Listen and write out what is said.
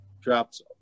drops